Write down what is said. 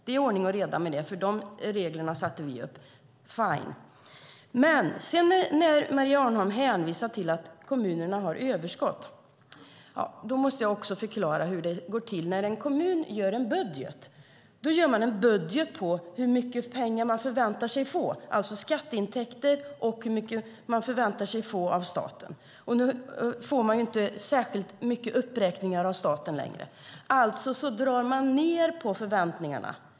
Det är ordning och reda för att vi satte upp de reglerna. Maria Arnholm hänvisar till att kommunerna har överskott. Jag måste förklara hur det går till. När en kommun gör en budget gör den en budget på hur mycket pengar den förväntar sig att få, det vill säga skatteintäkter och hur mycket den förväntar sig att få av staten. Nu får de inte särskilt mycket uppräkningar av staten längre. Alltså drar de ned på förväntningarna.